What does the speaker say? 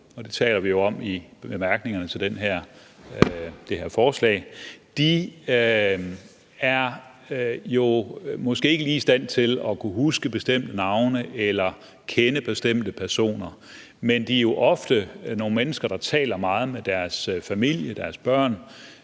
– det taler vi jo om i bemærkningerne til det her forslag – måske ikke lige er i stand til at kunne huske bestemte navne eller kende bestemte personer. Men de er ofte nogle mennesker, der taler meget med deres familie, deres børn,